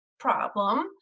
Problem